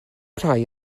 rhai